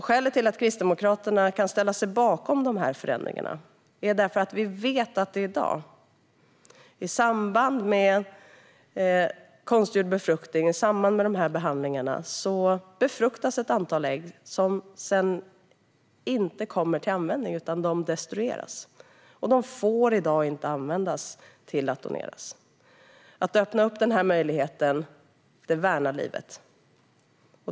Skälet till att Kristdemokraterna kan ställa sig bakom förändringarna är att vi vet att det i dag i samband med behandlingarna med konstgjord befruktning befruktas ett antal ägg som sedan inte kommer till användning utan destrueras. De får i dag inte användas till att doneras. Att öppna den möjligheten värnar livet.